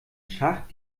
schacht